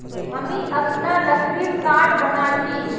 हामी अखना लकड़ीर खाट बना छि